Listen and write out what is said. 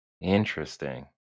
Interesting